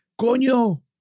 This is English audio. Coño